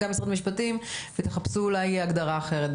גם משרד המשפטים ותחפשו אולי הגדרה אחרת,